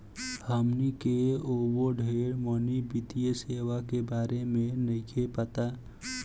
हमनी के अबो ढेर मनी वित्तीय सेवा के बारे में नइखे पता